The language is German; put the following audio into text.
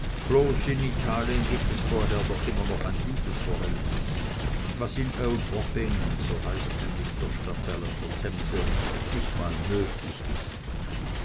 in italien gibt es vorher doch immer noch ein liebesverhältnis was in old wapping so heißt nämlich der stadtteil an der themse nicht mal nötig ist